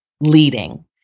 leading